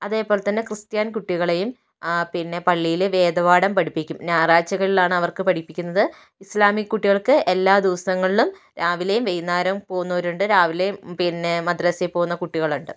അതേപോലെത്തന്നെ ക്രിസ്ത്യൻ കുട്ടികളെയും പിന്നെ പള്ളിയിൽ വേദപാഠം പഠിപ്പിക്കും ഞാറാഴ്ച്ചകളിലാണ് അവർക്ക് പഠിപ്പിക്കുന്നത് ഇസ്ലാമിക് കുട്ടികൾക്ക് എല്ലാ ദിവസങ്ങളിലും രാവിലെയും വൈകുന്നേരവും പോകുന്നവരുണ്ട് രാവിലേയും പിന്നെ മദ്രസ്സെ പോവുന്ന കുട്ടികളുണ്ട്